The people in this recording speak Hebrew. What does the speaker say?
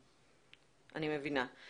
אני מבינה.